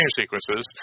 sequences